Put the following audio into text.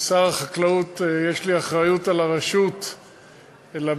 כשר החקלאות יש לי אחריות לרשות לבדואים.